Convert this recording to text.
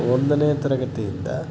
ಒಂದನೇ ತರಗತಿಯಿಂದ